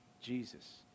Jesus